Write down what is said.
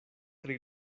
tri